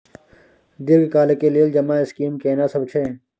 दीर्घ काल के लेल जमा स्कीम केना सब छै?